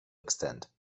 extant